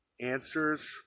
answers